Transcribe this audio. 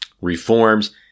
reforms